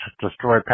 destroy